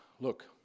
Look